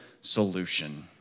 solution